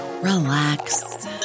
relax